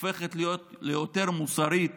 הופכת להיות ליותר מוסרית